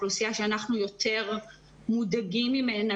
האוכלוסייה שאנחנו יותר מודאגים ממנה,